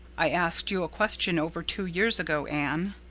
i asked you a question over two years ago, anne.